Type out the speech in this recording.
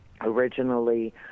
originally